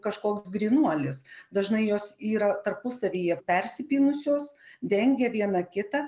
kažkoks grynuolis dažnai jos yra tarpusavyje persipynusios dengia viena kitą